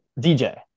DJ